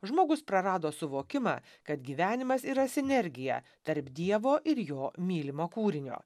žmogus prarado suvokimą kad gyvenimas yra sinergija tarp dievo ir jo mylimo kūrinio